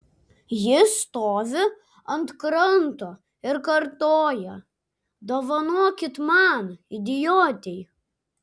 ji stovi ant kranto ir kartoja dovanokit man idiotei